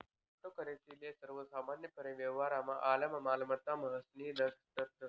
cryptocurrency ले सर्वसामान्यपने व्यवहारमा आलक मालमत्ता म्हनीसन दखतस